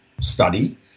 study